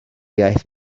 iaith